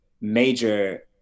major